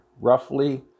Roughly